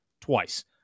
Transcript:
twice